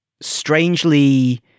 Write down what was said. strangely